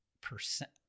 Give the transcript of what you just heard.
Percent